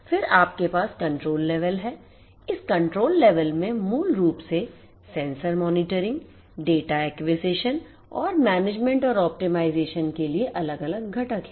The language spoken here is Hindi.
फिर आपके पास नियंत्रण स्तर है इस नियंत्रण स्तर में मूल रूप से सेंसर MONITORING डेटा ACQUISITION और MANAGEMENT और OPTIMIZATION के लिए अलग अलग घटक हैं